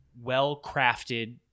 well-crafted